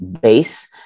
base